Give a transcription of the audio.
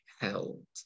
held